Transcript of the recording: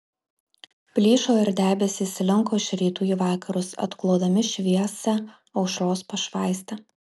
plyšo ir debesys slinko iš rytų į vakarus atklodami šviesią aušros pašvaistę